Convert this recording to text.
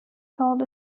called